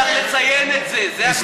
אבל צריך לציין את זה, זה הכול.